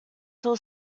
till